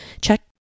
check